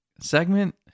segment